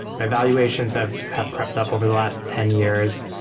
valuations have have crept up over the last ten years,